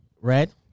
Red